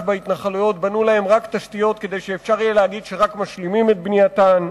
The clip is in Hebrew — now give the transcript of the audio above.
בהתנחלויות בנו להן תשתיות כדי שאפשר יהיה להגיד שרק משלימים את בנייתן.